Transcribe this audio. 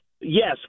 Yes